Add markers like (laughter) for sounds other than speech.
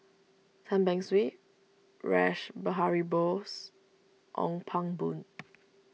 Tan Beng Swee Rash Behari Bose Ong Pang Boon (noise)